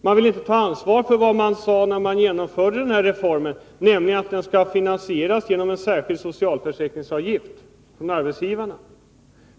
Man vill alltså inte ta ansvar för vad man sade när man genomförde reformen, nämligen att den skall finansieras genom en särskild socialförsäkringsavgift som tas ut av arbetsgivarna.